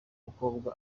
mukobwa